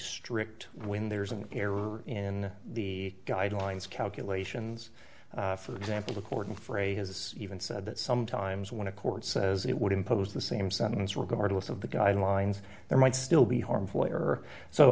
strict when there's an error in the guidelines calculations for example the court and frey has even said that sometimes when a court says it would impose the same sentence regardless of the guidelines there might still be harmful error so